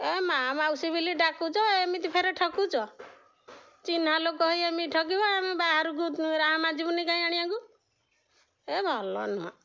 ଏ ମାଆ ଆଉ ମାଉସୀ ବୋଲି ଡାକୁଛ ଏମିତି ଫେରେ ଠକୁଛ ଚିହ୍ନା ଲୋକ ହେଇ ଏମିତି ଠକିବ ଆମେ ବାହାରକୁ ରାହାମା ଯିବୁନି କାଇଁ ଯିବୁନି ଆଣିବାକୁ ଏ ଭଲ ନୁହଁ